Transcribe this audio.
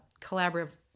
collaborative